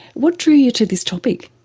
what drew you to this topic?